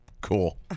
cool